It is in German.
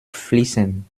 fließend